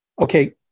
okay